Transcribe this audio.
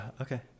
Okay